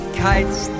kites